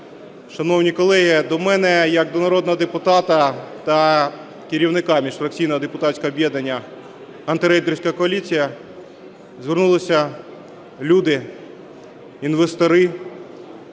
шановні колеги! До мене як до народного депутата та керівника міжфракційного депутатського об'єднання "Антирейдерська коаліція" звернулися люди - інвестори